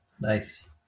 Nice